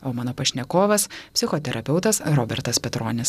o mano pašnekovas psichoterapeutas robertas petronis